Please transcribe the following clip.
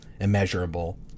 immeasurable